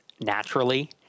naturally